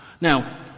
Now